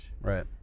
Right